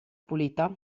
pulita